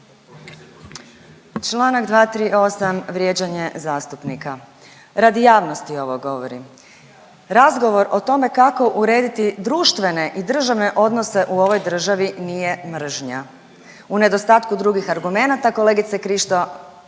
Čl. 238. vrijeđanje zastupnika, radi javnosti ovo govorim. Razgovor o tome kako urediti društvene i državne odnose u ovoj državi nije mržnja. U nedostatku drugih argumenata kolegice Krišto